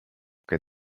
che